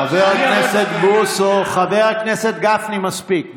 חבר הכנסת בוסו, חבר הכנסת גפני, מספיק.